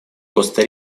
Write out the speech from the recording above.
коста